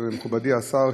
מכובדי השר,